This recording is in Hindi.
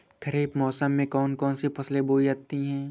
खरीफ मौसम में कौन कौन सी फसलें बोई जाती हैं?